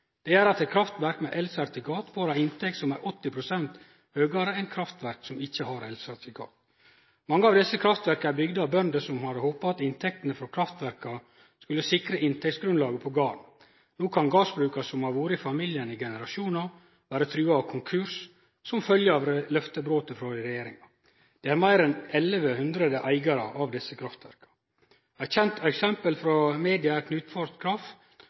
gjer at kraftverk med elsertifikat får ei inntekt som er 80 pst. høgare enn kraftverk som ikkje har elsertifikat. Mange av desse kraftverka er bygde av bønder som hadde håpa at inntektene frå kraftverka skulle sikre inntektsgrunnlaget på garden. No kan gardsbruk som har vore i familien i generasjonar, vere trua av konkurs som følgje av løftebrotet frå regjeringa. Det er meir enn 1 100 eigarar av desse kraftverka. Eit kjent eksempel frå media er